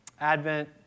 Advent